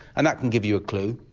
and that can give you a clue.